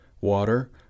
water